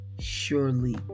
Surely